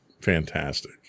fantastic